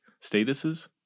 statuses